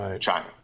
China